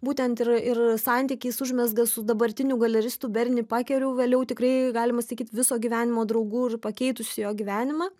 būtent ir ir santykį jis užmezga su dabartiniu galeristu berni pakeriu vėliau tikrai galima sakyt viso gyvenimo draugu ir pakeitusiu jo gyvenimą